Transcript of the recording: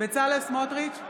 בצלאל סמוטריץ'